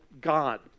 God